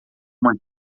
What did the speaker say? uma